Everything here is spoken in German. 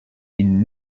ihnen